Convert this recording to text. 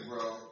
bro